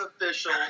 official